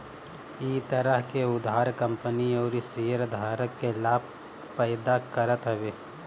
इ तरह के उधार कंपनी अउरी शेयरधारक के लाभ पैदा करत हवे